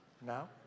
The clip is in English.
Now